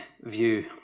view